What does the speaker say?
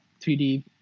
3d